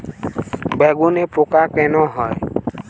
বেগুনে পোকা কেন হয়?